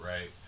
right